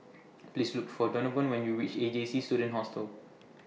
Please Look For Donavon when YOU REACH A J C Student Hostel